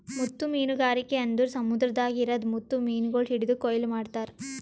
ಮುತ್ತು ಮೀನಗಾರಿಕೆ ಅಂದುರ್ ಸಮುದ್ರದಾಗ್ ಇರದ್ ಮುತ್ತು ಮೀನಗೊಳ್ ಹಿಡಿದು ಕೊಯ್ಲು ಮಾಡ್ತಾರ್